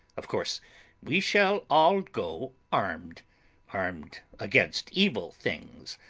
of course we shall all go armed armed against evil things,